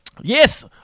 Yes